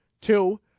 Two